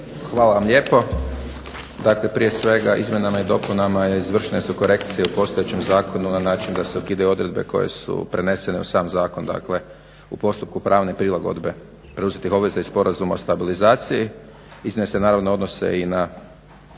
Hvala vam lijepo. Dakle, prije svega izmjenama i dopunama izvršene su korekcije u postojećem zakonu na način da se ukidaju odredbe koje su prenesene u sam zakon, dakle u postupku pravne prilagodbe preuzetih obaveza iz Sporazuma o stabilizaciji. Iste se naravno odnose i na